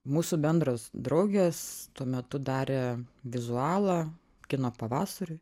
mūsų bendros draugės tuo metu darė vizualą kino pavasariui